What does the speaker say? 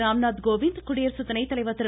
ராம்நாத் கோவிந்த் குடியரசு துணைத்தலைவர் திரு